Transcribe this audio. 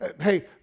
hey